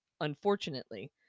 unfortunately